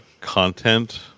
content